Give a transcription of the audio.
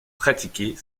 pratiquer